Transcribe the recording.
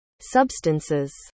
substances